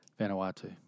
Vanuatu